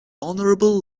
honorable